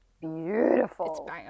beautiful